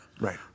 Right